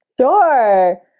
Sure